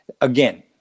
Again